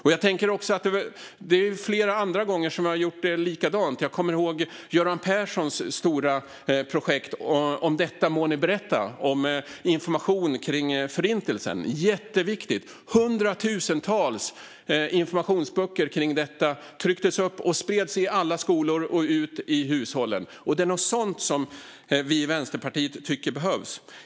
Vi har ju gjort likadant flera gånger. Jag kommer ihåg Göran Perssons stora projekt Om detta må ni berätta med information om Förintelsen - jätteviktigt! Hundratusentals informationsböcker trycktes upp och spreds i alla skolor och ut i hushållen. Det är någonting sådant som vi i Vänsterpartiet tycker behövs.